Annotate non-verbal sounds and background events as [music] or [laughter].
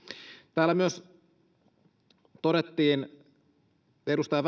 täällä myös edustaja [unintelligible]